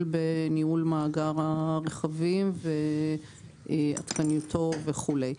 בניהול מאגר הרכבים ועדכניותו וכולי.